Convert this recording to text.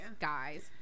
guys